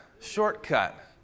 Shortcut